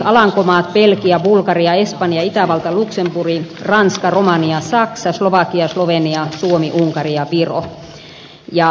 alankomaat belgia bulgaria espanja itävalta luxemburg ranska romania saksa slovakia slovenia suomi unkari ja viro